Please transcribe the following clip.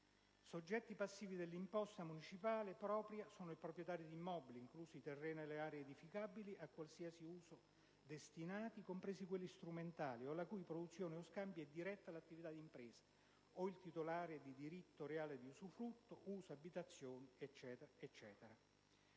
Soggetti passivi dell'imposta municipale propria sono il proprietario di immobili, inclusi i terreni e le aree edificabili, a qualsiasi uso destinati, compresi quelli strumentali o alla cui produzione o scambio è diretta l'attività dell'impresa o il titolare di diritto reale di usufrutto, uso, abitazione,